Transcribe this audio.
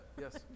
Yes